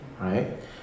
right